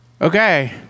Okay